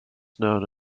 known